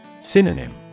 Synonym